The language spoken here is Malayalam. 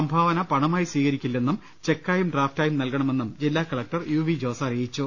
സംഭാവന പണമായി സ്വീകരിക്കുന്നതല്ലെന്നും ചെക്കായും ഡ്രാഫ്റ്റായും നൽകണമെന്നും ജില്ലാകലക്ടർ യു വി ജോസ് അറിയിച്ചു